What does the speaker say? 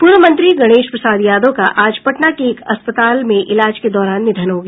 पूर्व मंत्री गणेश प्रसाद यादव का आज पटना के एक अस्पताल में इलाज के दौरान निधन हो गया